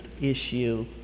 issue